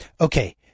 Okay